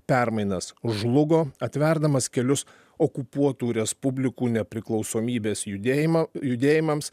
permainas žlugo atverdamas kelius okupuotų respublikų nepriklausomybės judėjimo judėjimams